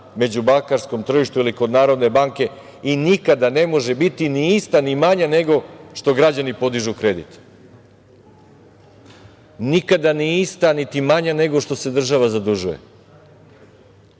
međubankarskom tržištu ili kod Narodne banke i nikada ne može biti ni ista, ni manja nego što građani podižu kredit, nikada ista, ni manja nego što se država zadužuje. Kada